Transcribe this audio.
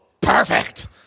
perfect